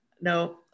No